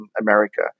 America